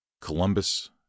Columbus